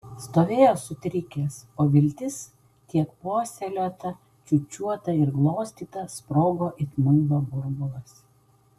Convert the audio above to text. stovėjo sutrikęs o viltis tiek puoselėta čiūčiuota ir glostyta sprogo it muilo burbulas